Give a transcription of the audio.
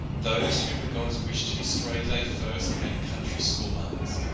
those whom the gods wish to destroy they first make country schoolmarms!